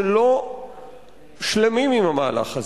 שלא שלמים עם המהלך הזה.